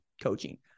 coaching